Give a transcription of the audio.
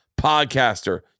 podcaster